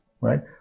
right